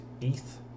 ETH